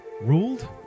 ruled